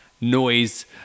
noise